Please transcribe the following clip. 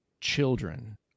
children